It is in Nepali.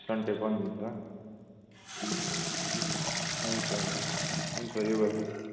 सन्डे बन्द हुन्छ हुन्छ हुन्छ